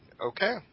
Okay